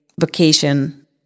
vacation